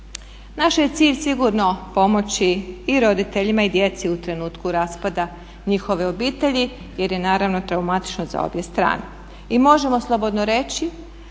Naš je cilj sigurno pomoći i roditeljima i djeci u trenutku raspada njihove obitelji jer je naravno traumatično za obje strane. I možemo slobodno reći